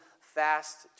fast